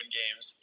games